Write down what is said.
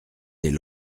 des